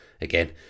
Again